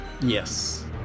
Yes